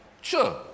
Sure